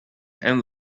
and